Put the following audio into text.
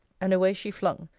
and away she flung.